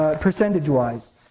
percentage-wise